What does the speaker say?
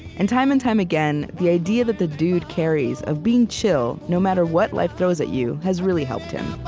and time and time again, the idea that the dude carries, of being chill no matter what life throws at you, has really helped him